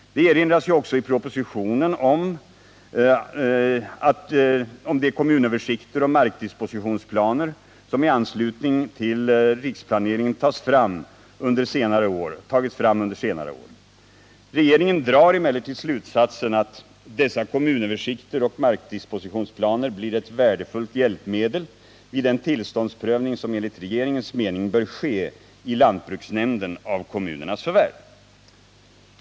Det erinras ju också i propositionen om de kommunöversikter och markdispositionsplaner som i anslutning till riksplaneringen tagits fram under senare år. Regeringen drar emellertid slutsatsen att dessa blir ett värdefullt hjälpmedel vid den tillståndsprövning av kommunernas förvärv som enligt regeringens mening bör ske i lantbruksnämnden.